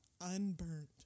unburned